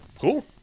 Cool